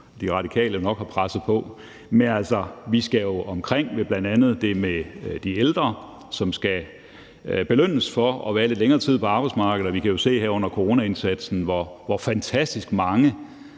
De Radikale nok har presset på. Men vi skal jo bl.a. omkring det med de ældre, som skal belønnes for at være lidt længere tid på arbejdsmarkedet. Vi kunne jo se her under coronaen, hvor fantastisk mange